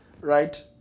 right